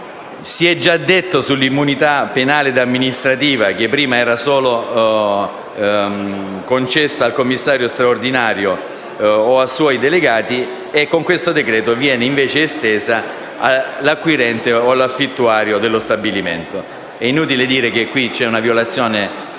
Si è già detto dell'immunità penale ad amministrativa, prima concessa solo al commissario straordinario o a suoi delegati, mentre con questo decreto‑legge viene estesa anche all'acquirente o all'affittuario dello stabilimento. È inutile dire che questa è una violazione palese